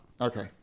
Okay